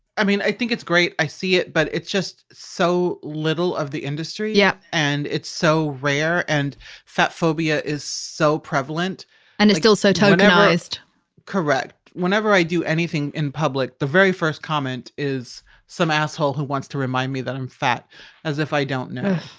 i mean, i think it's great. i see it, but it's just so little of the industry yep and it's so rare and fat phobia is so prevalent and it's still so tokenized correct. whenever i do anything in public, the very first comment is some asshole who wants to remind me that i'm fat as if i don't know.